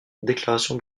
déclaration